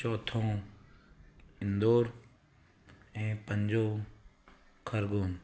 चोथों इंदौर ऐं पंजो खरगोन